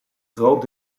groot